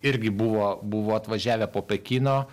irgi buvo buvo atvažiavę po pekino